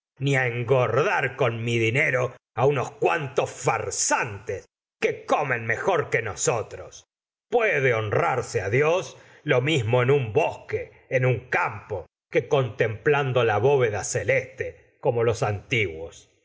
ni engordar con mi dinero unos cuantos farsantes que comen mejor que nosotros puede honrarse dios lo mismo en un bosque en un campo que contemplando la bóveda celeste como los antiguos